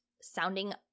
sounding